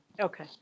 okay